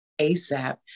ASAP